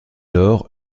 lors